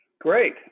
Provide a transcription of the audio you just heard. Great